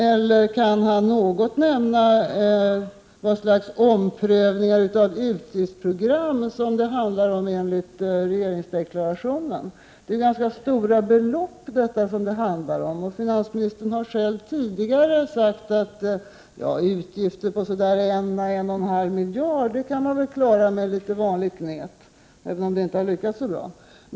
Eller kan finansministern nämna något om vad slags omprövningar av utgiftsprogram som det handlar om enligt regeringsdeklarationen? Det rör sig om ganska stora belopp, och finansministern har själv tidigare sagt att utgifter på så där en å en och en halv miljard kan man väl klara med litet vanligt gnet, även om det inte har lyckats så bra.